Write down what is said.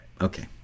okay